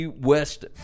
West